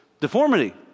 deformity